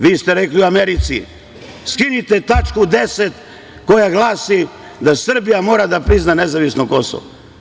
Vi ste rekli u Americi – skinite tačku 10. koja glasi da Srbija mora da prizna nezavisno Kosovo.